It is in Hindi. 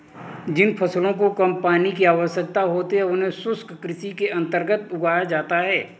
जिन फसलों को कम पानी की आवश्यकता होती है उन्हें शुष्क कृषि के अंतर्गत उगाया जाता है